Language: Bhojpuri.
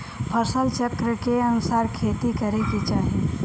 फसल चक्र के अनुसार खेती करे के चाही